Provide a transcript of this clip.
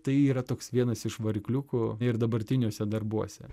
tai yra toks vienas iš varikliukų ir dabartiniuose darbuose